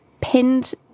pinned